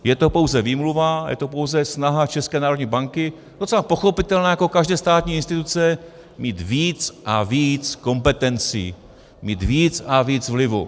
Je to pouze výmluva a je to pouze snaha České národní banky, docela pochopitelná, jako každé státní instituce mít víc a víc kompetencí, mít víc a víc vlivu.